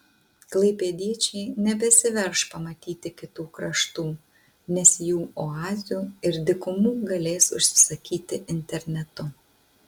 klaipėdiečiai nebesiverš pamatyti kitų kraštų nes jų oazių ir dykumų galės užsisakyti internetu